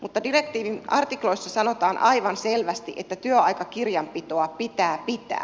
mutta direktiivin artikloissa sanotaan aivan selvästi että työaikakirjanpitoa pitää pitää